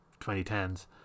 2010s